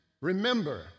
remember